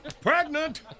Pregnant